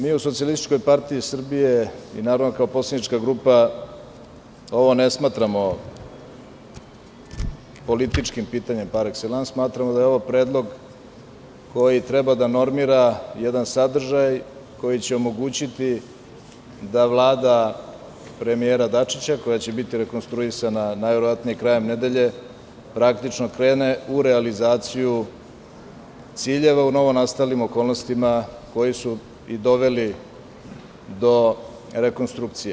Mi u SPS i naravno kao poslanička grupa, ne smatramo političkim pitanjem par ekselans, smatramo daje ovo predlog koji treba da normira jedan sadržaj koji će omogućiti da Vlada premijera Dačića, koja će biti rekonstruisana najverovatnije krajem nedelje, praktično krene u realizaciju ciljeva u novonastalim okolnostima, koji su i doveli do rekonstrukcije.